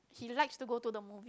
he likes to go to the movie